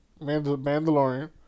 Mandalorian